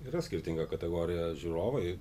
yra skirtinga kategorija žiūrovai